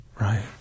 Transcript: Right